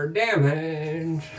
damage